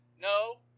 No